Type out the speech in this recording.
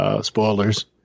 spoilers